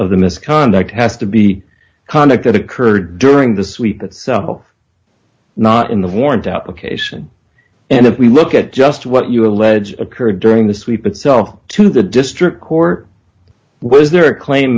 of the misconduct has to be conduct that occurred during the sweep itself not in the warrant out occasion and if we look at just what you allege occurred during the sweep itself to the district court was there a claim